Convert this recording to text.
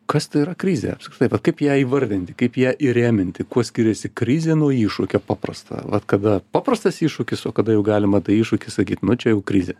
kas tai yra krizė apskritai kaip ją įvardinti kaip ją įrėminti kuo skiriasi krizė nuo iššūkio paprasta vat kada paprastas iššūkis o kada jau galima tą iššūkį sakyt nu čia jau krizė